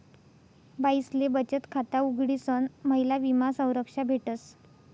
बाईसले बचत खाता उघडीसन महिला विमा संरक्षा भेटस